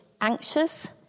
anxious